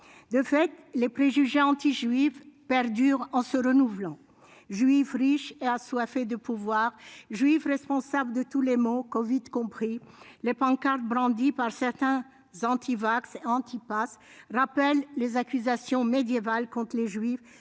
De fait, les préjugés antijuifs perdurent en se renouvelant : juifs riches et assoiffés de pouvoir, juifs responsables de tous les maux, covid compris ... Les pancartes brandies par certains « antivax » et « anti-passe » rappellent les accusations médiévales dirigées contre les juifs